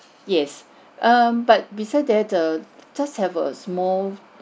yes um but beside that err just have a small